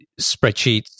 spreadsheets